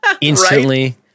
Instantly